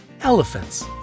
Elephants